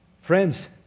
Friends